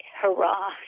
hurrah